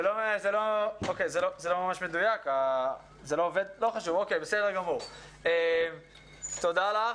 זה לא ממש מדויק, לא חשוב, תודה רבה לך.